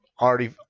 Already